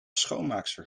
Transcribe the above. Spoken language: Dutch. schoonmaakster